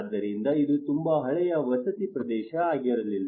ಆದ್ದರಿಂದ ಇದು ತುಂಬಾ ಹಳೆಯ ವಸತಿ ಪ್ರದೇಶ ಆಗಿರಲಿಲ್ಲ